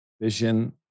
Vision